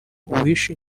uwishe